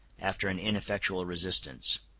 after an ineffectual resistance.